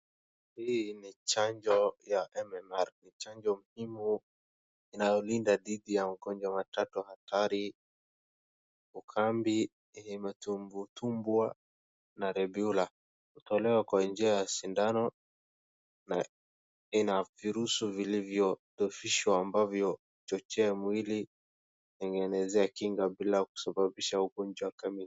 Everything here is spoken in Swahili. Hii ni chanjo ya MMR. Ni chanjo muhimu inayolinda dhidi ya ugonjwa tatu hatari, ukambi, matumbwitumbwi na rubela. Hutolewa kwa njia ya sindano na ina virusi vilivyodhoofishwa ambavyo huchochea mwili kutengeneza kinga bila kusababisha ugonjwa kamili.